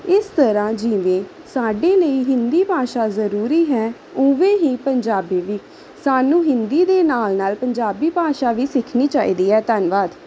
ਇਸ ਤਰ੍ਹਾਂ ਜਿਵੇਂ ਸਾਡੇ ਲਈ ਹਿੰਦੀ ਭਾਸ਼ਾ ਜ਼ਰੂਰੀ ਹੈ ਉਵੇਂ ਹੀ ਪੰਜਾਬੀ ਵੀ ਸਾਨੂੰ ਹਿੰਦੀ ਦੇ ਨਾਲ ਨਾਲ ਪੰਜਾਬੀ ਭਾਸ਼ਾ ਵੀ ਸਿੱਖਣੀ ਚਾਹੀਦੀ ਹੈ ਧੰਨਵਾਦ